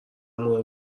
مهم